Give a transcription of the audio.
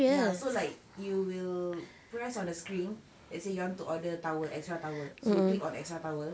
ya so like you will press on the screen let's say you want to order towel extra towel so you click on extra towel